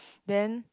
then